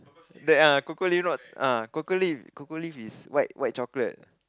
that ah cocoa leaf not ah cocoa leaf cocoa leaf is white white chocolate